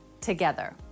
together